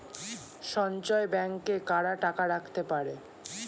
সঞ্চয় ব্যাংকে কারা টাকা রাখতে পারে?